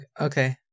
Okay